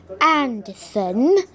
Anderson